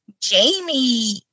Jamie